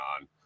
on